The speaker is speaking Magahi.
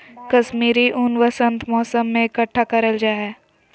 कश्मीरी ऊन वसंत मौसम में इकट्ठा करल जा हय